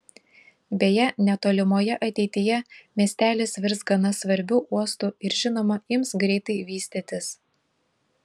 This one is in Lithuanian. beje netolimoje ateityje miestelis virs gana svarbiu uostu ir žinoma ims greitai vystytis